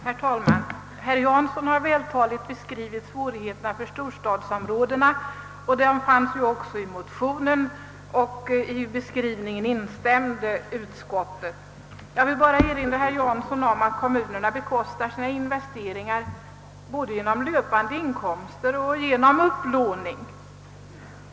Herr talman! Herr Jansson har vältaligt beskrivit svårigheterna för storstadsområdena — de är ju också berörda i motionen och utskottet instämde i den beskrivningen. Jag vill erinra herr Jansson om att kommunerna bekostar sina investeringar både med löpande inkomster och med upplåning.